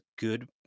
good